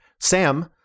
Sam